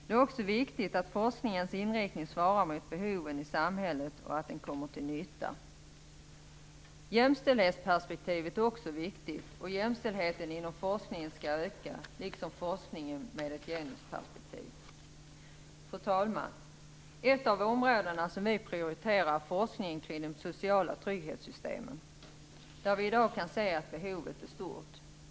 Det är också viktigt att forskningens inriktning svarar mot behoven i samhället och att den kommer till nytta. Jämställdhetsperspektivet är också viktigt, och jämställdheten inom forskningen skall öka liksom forskningen med ett genusperspektiv. Fru talman! Ett av de områden som vi prioriterar är forskningen kring de sociala trygghetssystemen, där vi i dag kan se att behovet är stort.